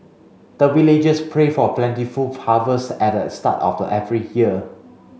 the villagers pray for plentiful harvest at the start of the every year